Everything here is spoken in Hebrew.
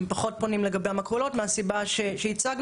הם פחות פונים לגבי המכולות, מהסיבה שהצגנו.